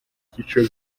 byiciro